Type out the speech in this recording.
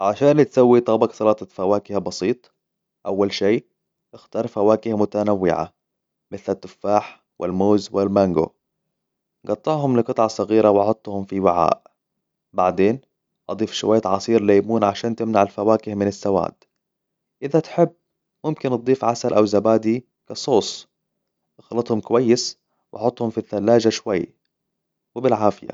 عشان تسوي طبق سلطة فواكه بسيط اول شئ اختار فواكه متنوعة مثل التفاح والموز والمانجو قطعهم لقطع صغيرة واحطهم في وعاء ب عدين أضيف شوية عصير ليمون عشان تمنع الفواكه من السواد إذا تحب ممكن تضيف عسل او زبادي كصوص اخلطهم كويس وحطهم في الثلاجة شوي وبالعافية